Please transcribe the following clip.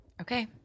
Okay